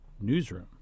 newsroom